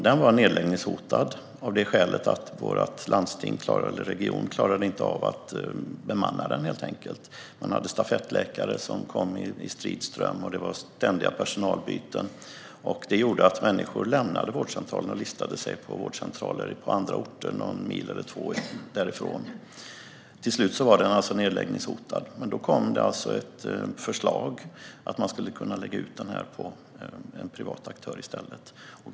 Den var nedläggningshotad av det skälet att vår region helt enkelt inte klarade av att bemanna den. Man hade stafettläkare som kom i strid ström, och det var ständiga personalbyten. Det gjorde att människor lämnade vårdcentralen och listade sig på vårdcentraler på andra orter någon mil eller två därifrån. Till slut var den nedläggningshotad. Då kom det ett förslag att man skulle kunna lägga ut den på en privat aktör i stället.